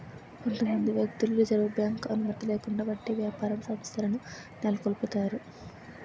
కొంతమంది వ్యక్తులు Reserve Bank అనుమతి లేకుండా వడ్డీ వ్యాపార సంస్థలను నెలకొల్పుతారు